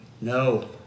No